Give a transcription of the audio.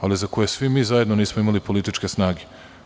Ali, za koje svi mi zajedno nismo imali političke snage.